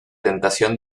tentación